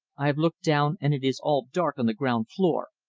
i have looked down and it is all dark on the ground floor.